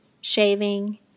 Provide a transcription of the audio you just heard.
Shaving